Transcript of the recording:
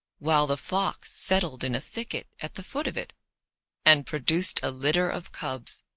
while the fox settled in a thicket at the foot of it and produced a litter of cubs.